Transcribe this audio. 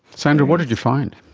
sandra, what did you find?